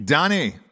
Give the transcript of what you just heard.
Donnie